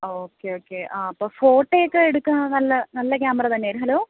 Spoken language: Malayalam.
ഓക്കെ ഓക്കെ ആ അപ്പം ഫൊട്ടോയൊക്കെ എടുക്കാൻ നല്ല നല്ല ക്യാമറ തന്നെ ഹലോ